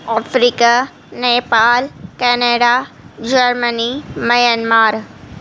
Africa Nepal Canada Germany Myanmar